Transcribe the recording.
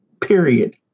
period